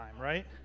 right